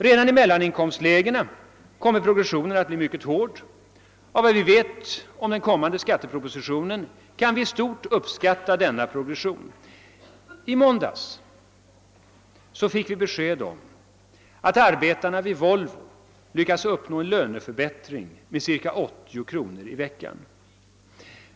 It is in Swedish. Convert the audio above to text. Redan i mellaninkomstlägena kommer progressionen att bli mycket hård, och av vad vi vet om den blivande skattepropositionen kan vi i stort beräkna denna progression. I måndags fick vi besked om att arbetarna vid Volvo lyckats uppnå en lönebättring med cirka 80 kronor i veckan.